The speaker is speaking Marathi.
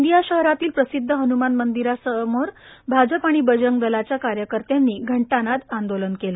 गोंदिया शहरातील प्रसिद्ध हन्मान मंदीरा समोर भाजप आणि बजरंग दलाच्या कार्यकर्त्यानी घंटा नांद आंदोलन केले